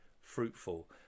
fruitful